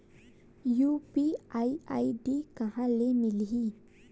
UPI ID कहां ले मिलही?